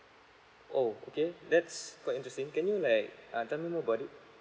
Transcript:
oh okay that's quite interesting can you like uh tell me more about it